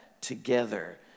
together